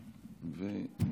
בבקשה.